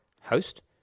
Host